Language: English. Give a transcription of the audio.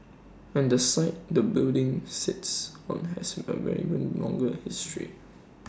and the site the building sits on has longer history